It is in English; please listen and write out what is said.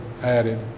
added